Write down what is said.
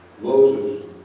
Moses